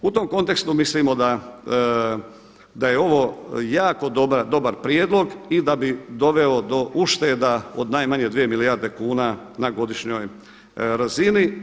U tom kontekstu mislimo da je ovo jako dobar prijedlog i da bi doveo do ušteda od najmanje 2 milijarde kuna na godišnjoj razini.